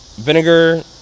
vinegar